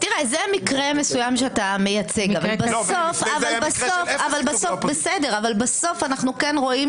זה מקרה מסוים שאתה מייצג אבל בסוף אנחנו כן רואים